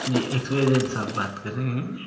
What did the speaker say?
جی X Y Z صاحب بات کر رہے ہیں